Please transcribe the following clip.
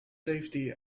safety